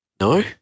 No